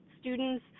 students